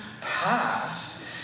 past